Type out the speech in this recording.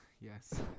Yes